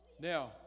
Now